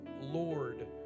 Lord